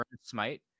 smite